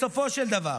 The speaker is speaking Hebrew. בסופו של דבר,